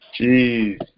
Jeez